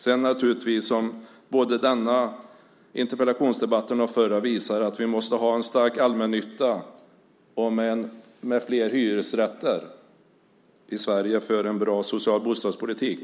Sedan visar naturligtvis både denna interpellationsdebatt och den förra att vi måste ha en stark allmännytta med fler hyresrätter i Sverige för en bra social bostadspolitik.